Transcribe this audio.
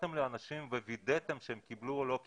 התקשרתם לאנשים ווידאתם שהם קיבלו או לא קיבלו?